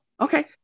Okay